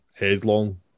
Headlong